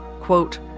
quote